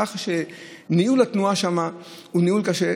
כך שניהול התנועה שם הוא קשה.